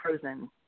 frozen